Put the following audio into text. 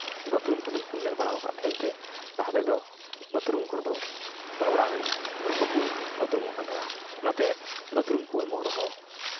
bathroom ᱠᱚᱫᱚ ᱵᱟᱠᱚ ᱧᱮᱞ ᱵᱟᱲᱟᱣ ᱠᱟᱫ ᱦᱚᱛᱮᱫ ᱛᱮ ᱛᱟᱦᱞᱮ ᱫᱚ ᱵᱟᱛᱷᱨᱩᱢ ᱠᱚᱨᱮ ᱫᱚ ᱚᱲᱟᱜ ᱨᱮᱱ ᱫᱚ ᱵᱟᱠᱚ ᱵᱟᱛᱷᱨᱩᱢᱚᱜ ᱠᱟᱱ ᱛᱟᱦᱮᱱᱟ ᱚᱱᱟᱛᱮ ᱵᱟᱛᱷᱨᱩᱢ ᱠᱚ ᱮᱢᱚᱜ ᱨᱮᱦᱚᱸ